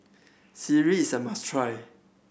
sireh is a must try